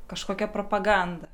kažkokia propaganda